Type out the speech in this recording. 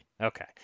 Okay